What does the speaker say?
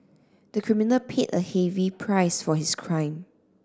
the criminal paid a heavy price for his crime